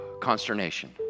consternation